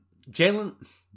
Jalen